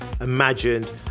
imagined